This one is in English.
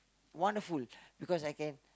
wonderful because I can